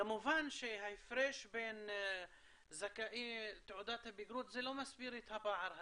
כמובן שההפרש בין זכאי תעודת הבגרות לא מסביר את הפער הזה.